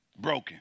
broken